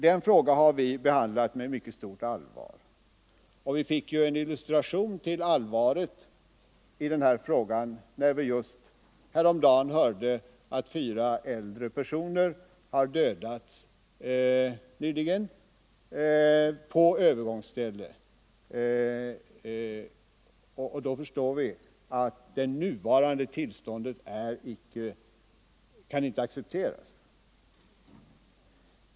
Den frågan har vi behandlat med mycket stort allvar, och vi fick ju en illustration till allvaret i frågan när vi häromdagen hörde att fyra äldre personer nyligen dödats på övergångsställen. Då förstår vi att det nuvarande tillståndet inte kan accepteras.